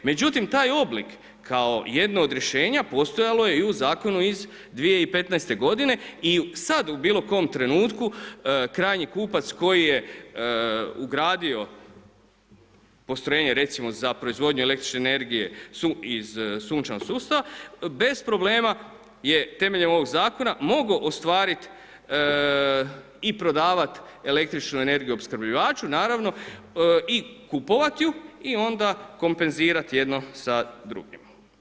Međutim, taj oblik kao jedno od rješenja postojalo je i u zakonu iz 2015. godine i sada u bilo kojem trenutku krajnji kupac koji je ugradio postrojenje recimo za proizvodnju električne energije iz sunčanog sustava bez problema je temeljem ovoga zakona mogao ostvariti i prodavati električnu energiju opskrbljivaču naravno i kupovati ju i onda kompenzirati jedno sa drugim.